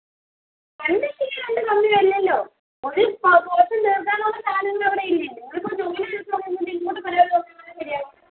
വന്നതല്ലല്ലോ ഒരു പോർഷൻ തീർക്കാനുള്ള സാധനങ്ങൾ അവടെയില്ലേ നിങ്ങൾ ജോലി തീർക്കാതെ ഇങ്ങോട്ട് പരാതി പറഞ്ഞാൽ എങ്ങനെ ശരിയാകും